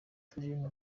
theogene